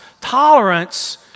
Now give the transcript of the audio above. Tolerance